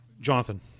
jonathan